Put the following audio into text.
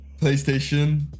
PlayStation